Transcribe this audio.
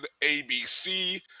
abc